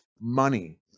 money